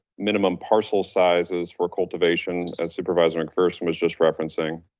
minimum parcel sizes for cultivation as supervisor mcpherson was just referencing.